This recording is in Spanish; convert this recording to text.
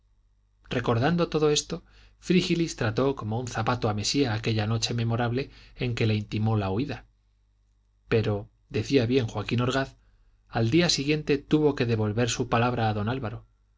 recordando todo esto frígilis trató como un zapato a mesía aquella noche memorable en que le intimó la huida pero decía bien joaquín orgaz al día siguiente tuvo que devolver su palabra a don álvaro